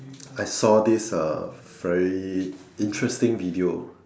I saw this uh very interesting video